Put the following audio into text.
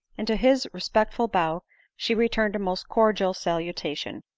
and to his re spectful bow she returned a most cordial salutation.